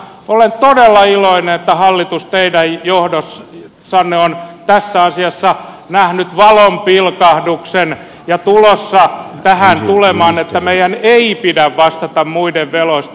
olen todella iloinen että hallitus teidän johdossanne on tässä asiassa nähnyt valonpilkahduksen ja tulossa tähän tulemaan että meidän ei pidä vastata muiden veloista